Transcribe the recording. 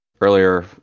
earlier